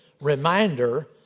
reminder